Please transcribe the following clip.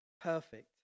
perfect